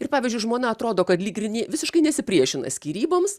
ir pavyzdžiui žmona atrodo kad lyg ir nė visiškai nesipriešina skyryboms